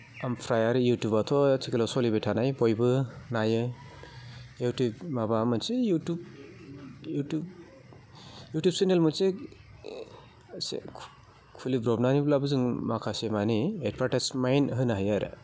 ओमफ्राय ओरै युटुबाथ' आथिखालाव सोलिबाय थानाय बयबो नायो युटुब माबा मोनसे युटुब चेनेल मोनसे खुलिब्र'बनानैब्लाबो जों माखासेमानि एडभार्टाइसमेन्ट होनो हायो आरो